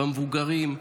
במבוגרים,